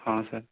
ହଁ ସାର୍